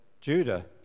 Judah